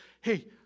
hey